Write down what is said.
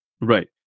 Right